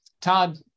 Todd